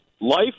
Life